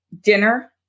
Dinner